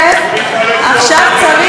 למי שהרוויח,